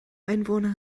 einwohner